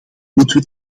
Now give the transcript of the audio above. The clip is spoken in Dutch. moeten